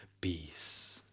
peace